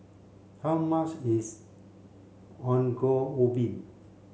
how much is Ongol Ubi